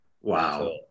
Wow